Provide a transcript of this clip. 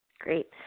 Great